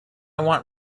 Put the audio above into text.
want